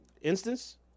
instance